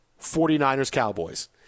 49ers-Cowboys